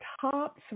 top